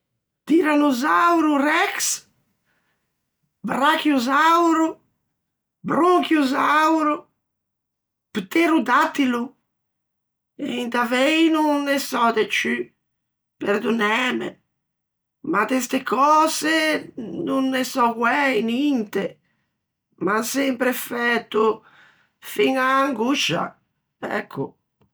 Tirannosauro Rex, Bracchiosauro, Bronchiosauro, Pterodattilo, e in davei no ne sò de ciù perdonnæme, ma de ste cöse no ne sò guæi ninte, m'an sempre fæto fiña angoscia, ecco.